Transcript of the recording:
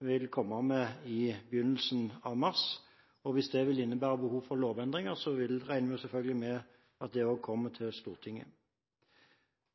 vil komme med i begynnelsen av mars. Hvis det vil innebære behov for lovendringer, regner vi selvfølgelig med at det også vil komme til Stortinget.